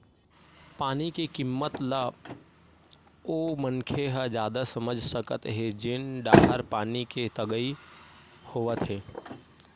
पानी के किम्मत ल ओ मनखे ह जादा समझ सकत हे जेन डाहर पानी के तगई होवथे